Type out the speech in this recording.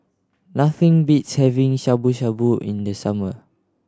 nothing beats having Shabu Shabu in the summer